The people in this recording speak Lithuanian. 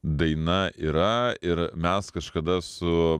daina yra ir mes kažkada su